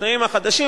בתנאים החדשים,